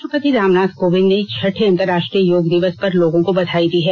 राष्ट्रपति रामनाथ कोविंद ने छठे अंतर्राष्ट्रीय योग दिवस पर लोगों को बधाई दी है